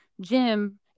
Jim